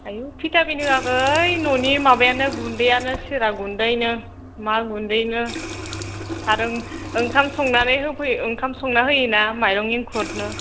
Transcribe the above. आयु भिटामिन होआखै न'नि माबायानो गुन्दैआनो सिरा गुन्दैनो मा गुन्दैनो आरो ओंखाम संनानै होयोना माइरं इंखुरनि